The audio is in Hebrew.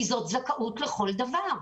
כי זאת זכאות לכל דבר.